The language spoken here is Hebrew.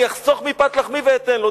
אני אחסוך מפת לחמי ואתן לו.